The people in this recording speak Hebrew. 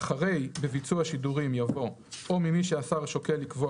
אחרי "בביצוע שידורים" יבוא "או ממי שהשר שוקל לקבוע